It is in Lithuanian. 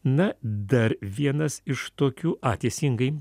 na dar vienas iš tokių a teisingai